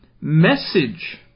message